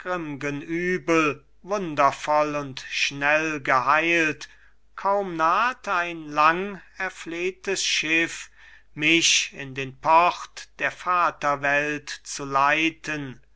wundervoll und schnell geheilt kaum naht ein lang erflehtes schiff mich in den port der vaterwelt zu leiten